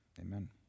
amen